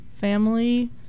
family